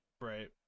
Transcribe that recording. Right